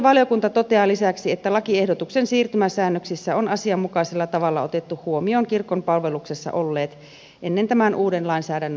hallintovaliokunta toteaa lisäksi että lakiehdotuksen siirtymäsäännöksissä on asianmukaisella tavalla otettu huomioon kirkon palveluksessa olleet ennen tämän uuden lainsäädännön astumista voimaan